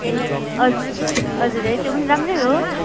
ए हजुर हजुर है त्यो पनि राम्रै हो